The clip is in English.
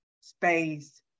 space